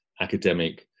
academic